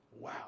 wow